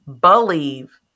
believe